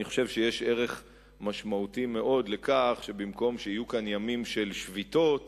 אני חושב שיש ערך משמעותי מאוד לכך שבמקום שיהיו כאן ימים של שביתות